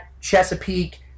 Chesapeake